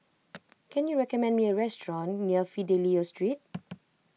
can you recommend me a restaurant near Fidelio Street